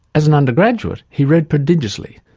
as an undergraduate, he read prodigiously,